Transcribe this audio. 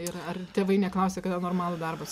ir ar tėvai neklausia kada normalų darbą